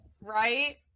Right